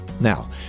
Now